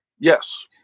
Yes